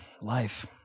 Life